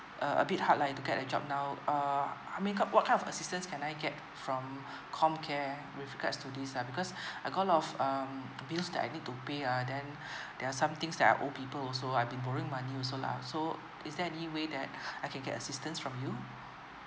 uh a bit hard lah you to get a job now uh I mean kin~ what kind of assistance can I get from um comcare with regards to this uh because I got a lot of um bills that I need to pay uh then there are some things that are old people also uh I've been borrowing money also lah so is there any way that I can get assistance from you